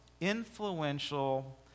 influential